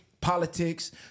politics